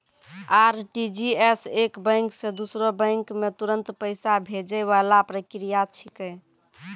RTGS एक bank से दूसरो बैंक मे तुरंत पैसा भैजै वाला प्रक्रिया छिकै